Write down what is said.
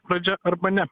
pradžia arba ne